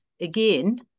again